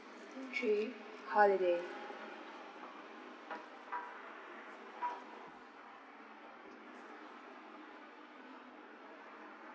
two three holiday